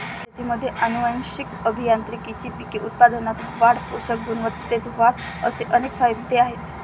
शेतीमध्ये आनुवंशिक अभियांत्रिकीचे पीक उत्पादनात वाढ, पोषक गुणवत्तेत वाढ असे अनेक फायदे आहेत